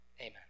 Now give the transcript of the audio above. Amen